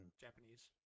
Japanese